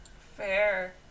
Fair